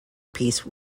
peace